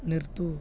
നിർത്തൂ